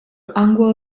anglo